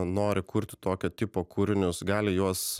nori kurti tokio tipo kūrinius gali juos